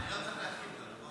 אני אומרת לו על החוק.